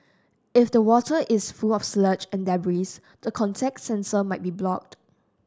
if the water is full of sludge and debris the contact sensor might be blocked